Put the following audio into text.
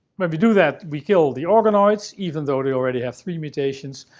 when we do that, we kill the organoids, even though they already have three mutations.